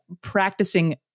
practicing